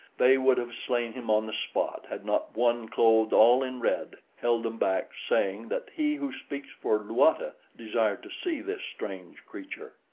they would have slain him on the spot had not one clothed all in red held them back, saying that he who speaks for luata desired to see this strange creature.